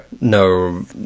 No